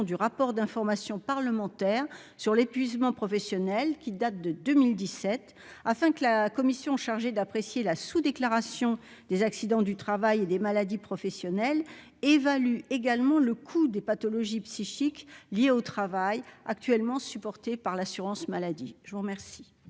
du rapport d'information parlementaire sur l'épuisement professionnel qui date de 2017 afin que la commission chargée d'apprécier la sous-déclaration des accidents du travail et des maladies professionnelles évalue également le coût des pathologies psychiques liés au travail actuellement supportés par l'assurance maladie, je vous remercie.